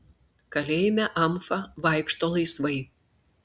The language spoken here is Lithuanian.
kalėjime amfa vaikšto laisvai